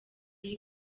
iyo